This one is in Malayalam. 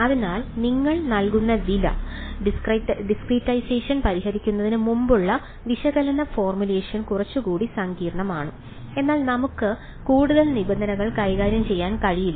അതിനാൽ നിങ്ങൾ നൽകുന്ന വില ഡിസ്ക്രിറ്റൈസേഷൻ പരിഹരിക്കുന്നതിന് മുമ്പുള്ള വിശകലന ഫോർമുലേഷൻ കുറച്ചുകൂടി സങ്കീർണ്ണമാണ് എന്നാൽ നമുക്ക് കൂടുതൽ നിബന്ധനകൾ കൈകാര്യം ചെയ്യാൻ കഴിയില്ല